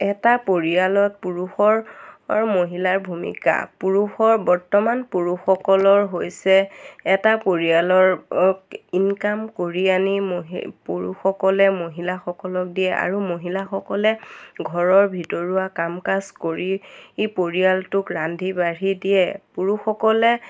এটা পৰিয়ালত পুৰুষৰৰ মহিলাৰ ভূমিকা পুৰুষৰ বৰ্তমান পুৰুষসকলৰ হৈছে এটা পৰিয়ালৰ ইনকাম কৰি আনি মহি পুৰুষসকলে মহিলাসকলক দিয়ে আৰু মহিলাসকলে ঘৰৰ ভিতৰুৱা কাম কাজ কৰি ই পৰিয়ালটোক ৰান্ধি বাঢ়ি দিয়ে পুৰুষসকলে